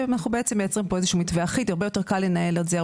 שאנחנו בעצם מייצרים פה איזשהו מתווה אחיד והרבה יותר קל לנהל את זה,